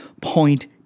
point